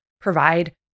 provide